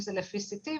אם זה לפי CT,